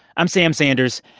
i'm sam sanders.